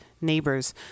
neighbors